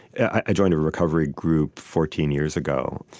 i joined a recovery group fourteen years ago,